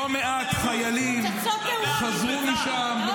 פצצות תאורה --- אני יכול להגיד לכם שלא מעט חיילים חזרו משם,